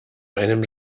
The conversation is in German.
einem